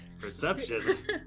Perception